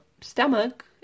stomach